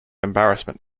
embarrassment